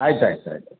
आहेत आहेत आहे